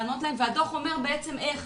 יש מצוקות שצריך לענות להן והדוח בעצם אומר איך.